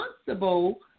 responsible